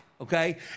okay